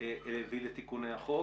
שהביא לתיקוני החוק.